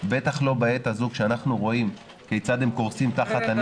בטח לא בעת הזו כשאנחנו רואים כיצד הם קורסים תחת הנטל.